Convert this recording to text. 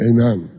Amen